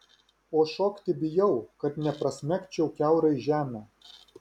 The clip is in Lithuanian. o šokti bijau kad neprasmegčiau kiaurai žemę